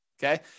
Okay